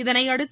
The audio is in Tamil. இதனையடுத்து